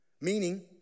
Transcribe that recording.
meaning